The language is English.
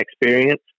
experience